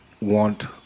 want